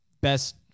best